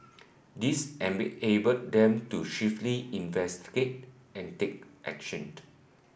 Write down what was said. this enabled them to investigate and take actioned